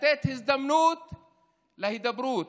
לתת הזדמנות להידברות,